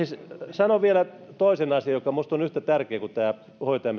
sanon vielä toisen asian joka minusta on yhtä tärkeä kuin